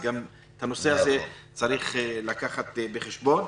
גם את הנושא הזה צריך לקחת בחשבון.